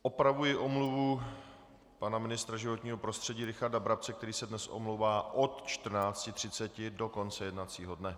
Opravuji omluvu pana ministra životního prostředí Richarda Brabce, který se dnes omlouvá od 14.30 do konce jednacího dne.